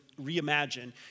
reimagine